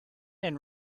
and